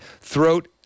throat